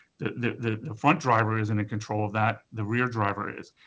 the the front driver is in control of that, the rear driver is,